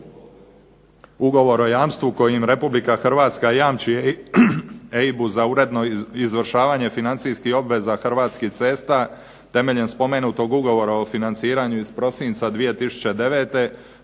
Ugovor o jamstvu kojim Republika Hrvatska jamči EIB-u za uredno izvršavanje financijskih obveza Hrvatskih cesta temeljem spomenutog Ugovora o financiranju iz prosinca 2009.